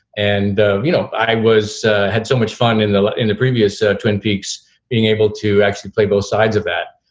and you know i was had so much fun in the in the previous ah twin peaks being able to actually play both sides of that.